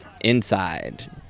Inside